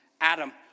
Adam